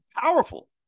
powerful